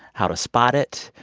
how to spot it,